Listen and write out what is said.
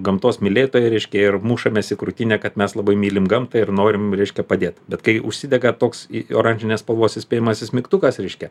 gamtos mylėtojai reiškia ir mušamės į krūtinę kad mes labai mylim gamtą ir norim reiškia padėt bet kai užsidega toks į oranžinės spalvos įspėjamasis mygtukas reiškia